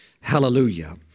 Hallelujah